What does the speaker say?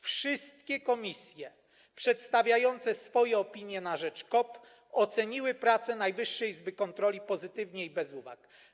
Wszystkie komisje przedstawiające swoje opinie na rzecz KOP oceniły pracę Najwyższej Izby Kontroli pozytywnie i bez uwag.